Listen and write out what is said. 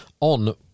on